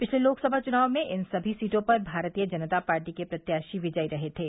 पिछले लोकसभा चुनाव में इन सभी सीटों पर भारतीय जनता पार्टी के प्रत्याशी विजयी रहे थे